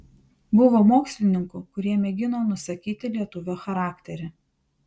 buvo mokslininkų kurie mėgino nusakyti lietuvio charakterį